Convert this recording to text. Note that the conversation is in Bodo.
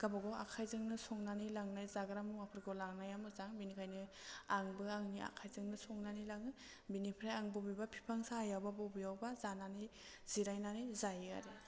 गाबागाव आखायजोंनो संनानै लांनाय जाग्रा मुवाफोरखौ लांनाया मोजां बिनिखायनो आंबो आंनि आखायजोंनो संनानै लाङो बिनिफ्राय आं बबेबा बिफां साहायावबा बबेयावबा जानानै जिरायनानै जायो आरो